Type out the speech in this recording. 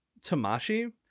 Tamashi